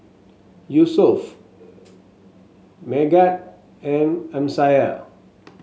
Yusuf Megat and Amsyar